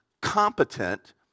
competent